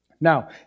Now